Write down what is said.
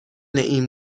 این